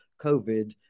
COVID